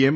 એમ